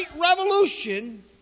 revolution